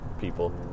people